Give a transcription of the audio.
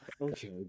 Okay